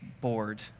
board